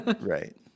Right